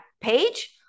page